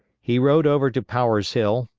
he rode over to power's hill,